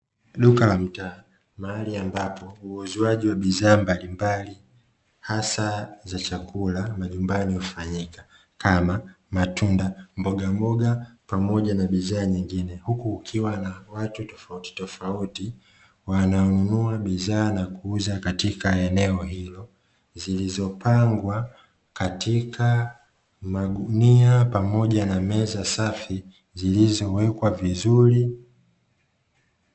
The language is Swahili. Duka la mtaa mahali ambapo uuzwaji wa bidhaa mbalimbali hasa za chakula majumbani hufanyika kama: matunda, mbogamboga, pamoja na bidhaa nyingine huku kukiwa na watu tofauti tofauti wanaonunua bidhaa na kuuza katika eneo hilo, zilizopangwa katika magunia pamoja na meza safi zilizowekwa vizuri.